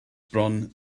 bron